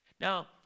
Now